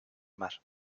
mar